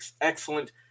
excellent